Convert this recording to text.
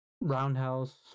Roundhouse